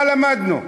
מה למדנו?